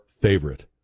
favorite